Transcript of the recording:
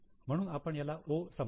म्हणून आपण त्याला 'O' असे समजतो